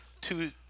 two